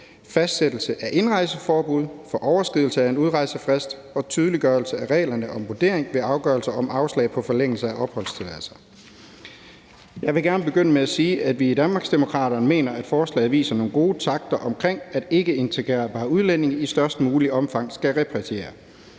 fastsættelsen af indrejseforbud for overskridelse af en udrejsefrist og tydeliggørelse af reglerne om vurdering ved afgørelser om afslag på forlængelse af opholdstilladelse. Jeg vil gerne begynde med at sige, at vi i Danmarksdemokraterne mener, at forslaget viser nogle gode takter omkring, at ikkeintegrerbare udlændinge i størst muligt omfang skal repatrieres.